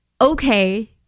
okay